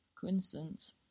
coincidence